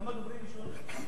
כמה דוברים נשארו עוד?